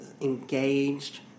engaged